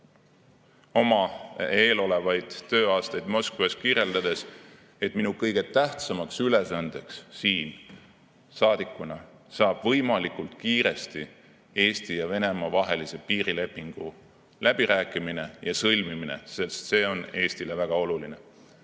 oma eelolevaid tööaastaid Moskvas kirjeldades, et tema kõige tähtsamaks ülesandeks saadikuna saab võimalikult kiiresti Eesti ja Venemaa vahelise piiri lepingu läbirääkimine ja sõlmimine, sest see on Eestile väga oluline.